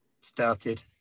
started